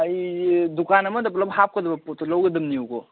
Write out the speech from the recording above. ꯑꯩꯁꯦ ꯗꯨꯀꯥꯟ ꯑꯃꯗ ꯄꯨꯂꯞ ꯍꯥꯞꯀꯗꯕ ꯄꯣꯠꯇꯣ ꯂꯧꯒꯗꯕꯅꯦꯕꯀꯣ